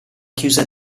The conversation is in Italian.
chiusa